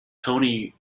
toni